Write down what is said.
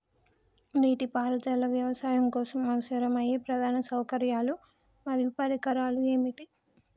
నీటిపారుదల వ్యవసాయం కోసం అవసరమయ్యే ప్రధాన సౌకర్యాలు మరియు పరికరాలు ఏమిటి?